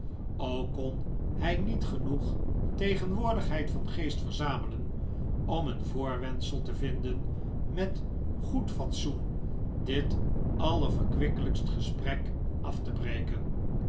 ook kon hij niet genoeg tegenwoordigheid van geest verzamelen om een voorwendsel te vinden met goed fatsoen dit allerverkwikkelijkst gesprek af te breken